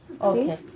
Okay